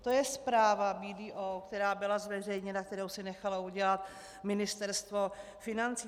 To je zpráva BDO, která byla zveřejněna, kterou si nechalo udělat Ministerstvo financí.